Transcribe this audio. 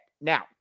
now